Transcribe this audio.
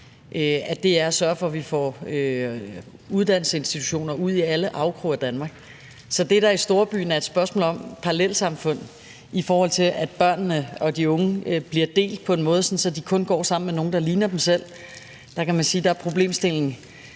handler om at sørge for, at vi får uddannelsesinstitutioner ud i alle afkroge af Danmark. Så hvor det i storbyen er et spørgsmål om parallelsamfund, i forhold til at børnene og de unge bliver delt på en måde, sådan at de kun går sammen med nogle, der ligner dem selv, kan man sige, at problemstillingen